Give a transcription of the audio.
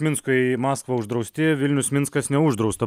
minsko į maskvą uždrausti vilnius minskas neuždrausta